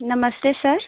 नमस्ते सर